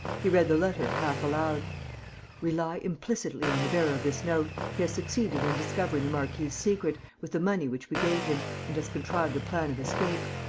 he read the letter half-aloud rely implicitly on the bearer of this note. he has succeeded in discovering the marquis' secret, with the money which we gave him, and has contrived a plan of escape.